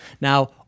Now